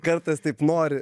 kartais taip nori